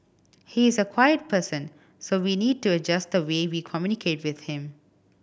he's a quiet person so we need to adjust the way we communicate with him